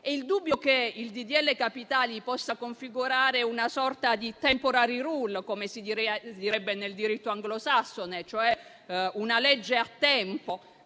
che il disegno di legge capitali possa configurare una sorta di *temporary rule* - come si direbbe nel diritto anglosassone - cioè una legge a tempo